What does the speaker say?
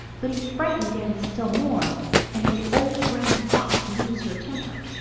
but he frightened danny still more and made old granny fox lose her temper.